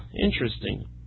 Interesting